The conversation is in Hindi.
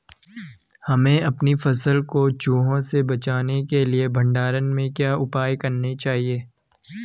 हमें अपनी फसल को चूहों से बचाने के लिए भंडारण में क्या उपाय करने चाहिए?